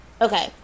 okay